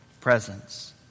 presence